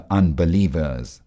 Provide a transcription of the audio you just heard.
unbelievers